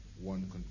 one